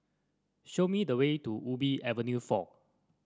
show me the way to Ubi Avenue four